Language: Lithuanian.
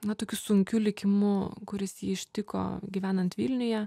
na tokiu sunkiu likimu kuris jį ištiko gyvenant vilniuje